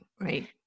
right